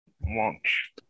watch